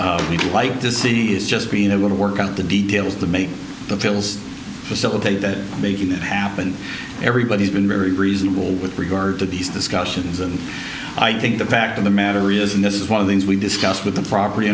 is like to see is just being able to work out the details to make the pills facilitate that making that happen everybody's been very reasonable with regard to these discussions and i think the fact of the matter is and this is one of the as we discussed with the property